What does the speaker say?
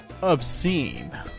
obscene